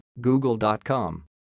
Google.com